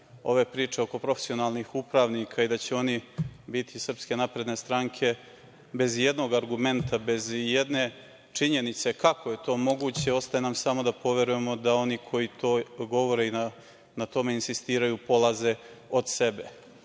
ove priče oko profesionalnih upravnika i da će oni biti iz SNS, bez ijednog argumenta, bez ijedne činjenice kako je to moguće, ostaje nam samo da poverujemo da oni koji to govore i na tome insistiraju polaze od sebe. Što